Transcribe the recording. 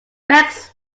rex